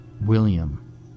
William